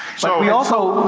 so we also,